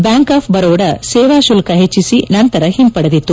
bank of Baroda ಸೇವಾ ಶುಲ್ಲ ಹೆಚ್ಚಿಸಿ ನಂತರ ಹಿಂಪಡೆದಿತ್ತು